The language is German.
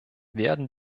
werden